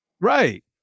Right